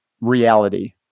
reality